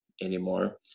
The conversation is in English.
anymore